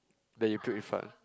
that you puke in front